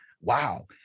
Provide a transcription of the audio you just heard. wow